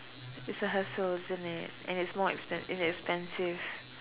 is a hassle isn't it and it's more and it's expensive